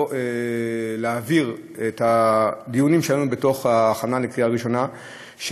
לא להעביר את הדיונים שלנו בתוך ההכנה לקריאה ראשונה,